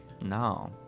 no